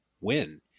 win